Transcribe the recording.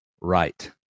right